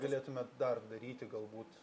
galėtumėt dar daryti galbūt